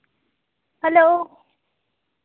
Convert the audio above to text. hello